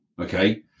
okay